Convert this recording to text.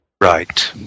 right